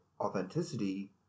authenticity